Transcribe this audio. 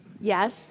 Yes